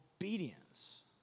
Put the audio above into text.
obedience